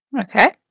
okay